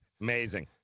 Amazing